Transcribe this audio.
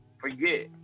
forget